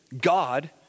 God